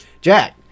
Jack